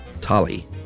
Tali